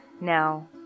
Now